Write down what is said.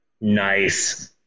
Nice